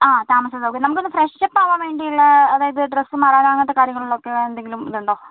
ആ താമസ സൗകര്യം നമുക്ക് ഒന്ന് ഫ്രഷ് അപ്പ് ആവാൻ വേണ്ടിയുള്ള അതായത് ഡ്രസ്സ് മാറാൻ അങ്ങനത്തെ കാര്യങ്ങളിൽ ഒക്കെ എന്തെങ്കിലും ഇതുണ്ടോ